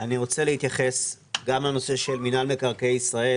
אני רוצה להתייחס גם לנושא של מינהל מקרקעי ישראל